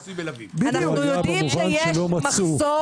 אנו יודעים שיש מחסור